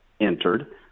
entered